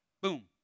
Boom